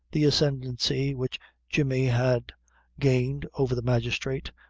the ascendancy which jemmy had gained over the magistrate,